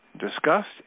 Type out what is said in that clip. discussed